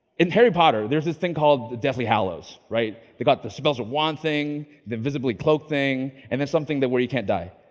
in harry potter, there's this thing called the deathly hallows right. they got the spells of wand thing, the invisibility cloak thing, and there's something that where you can't die.